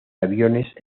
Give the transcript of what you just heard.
aviones